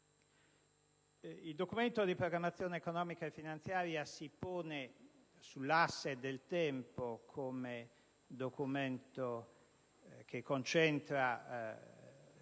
Il Documento di programmazione economico-finanziaria si pone sull'asse del tempo come documento che concentra